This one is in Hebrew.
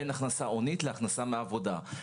בין הכנסה הונית להכנסה מעבודה.